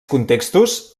contextos